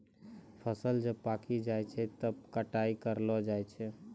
फसल जब पाक्की जाय छै तबै कटाई करलो जाय छै